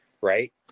right